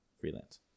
freelance